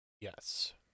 Yes